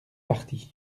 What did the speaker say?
parti